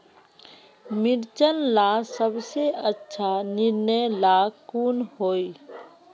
मिर्चन ला सबसे अच्छा निर्णय ला कुन होई?